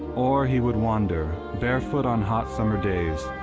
or he would wander, barefoot on hot summer days,